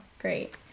great